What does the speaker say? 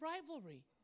rivalry